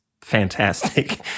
fantastic